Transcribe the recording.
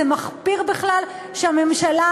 זה מחפיר בכלל שהממשלה,